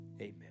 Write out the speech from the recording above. Amen